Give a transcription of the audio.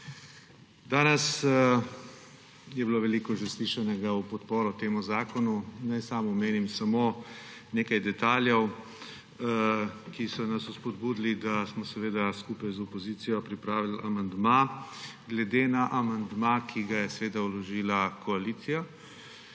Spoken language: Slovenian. Danes je bilo že veliko slišanega v podporo temu zakonu, naj sam omenim samo nekaj detajlov, ki so nas spodbudili, da smo skupaj z opozicijo pripravili amandma glede na amandma, ki ga je vložila koalicija